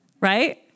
right